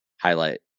highlight